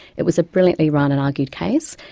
it was a brilliantly run and argued case,